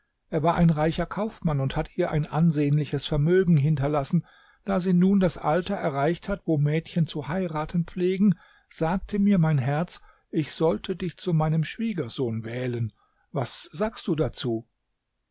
er war ein reicher kaufmann und hat ihr ein ansehnliches vermögen hinterlassen da sie nun das alter erreicht hat wo mädchen zu heiraten pflegen sagte mir mein herz ich sollte dich zu meinem schwiegersohn wählen was sagst du dazu